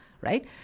right